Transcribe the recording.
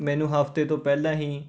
ਮੈਨੂੰ ਹਫਤੇ ਤੋਂ ਪਹਿਲਾਂ ਹੀ